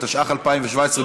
התשע"ח 2017,